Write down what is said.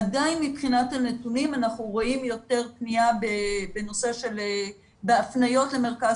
עדיין מבחינת הנתונים אנחנו רואים יותר פנייה בהפניות למרכז